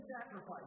sacrifice